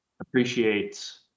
appreciates